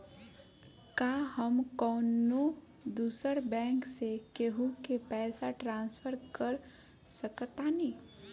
का हम कौनो दूसर बैंक से केहू के पैसा ट्रांसफर कर सकतानी?